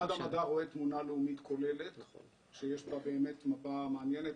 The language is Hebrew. משרד המדע רואה תמונה לאומית כוללת שיש בה באמת מפה מעניינת